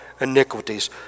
iniquities